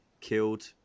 killed